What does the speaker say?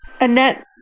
Annette